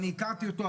אני הכרתי אותו.